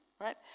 right